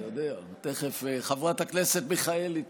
אתה יודע, תכף חברת הכנסת מיכאלי תספר,